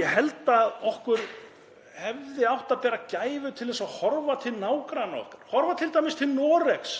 Ég held að við hefðum átt að bera gæfu til þess að horfa til nágranna okkar, horfa t.d. til Noregs